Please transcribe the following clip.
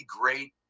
great